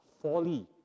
folly